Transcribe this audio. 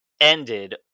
ended